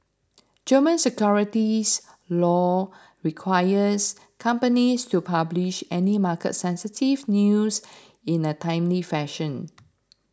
German securities law requires companies to publish any market sensitive news in a timely fashion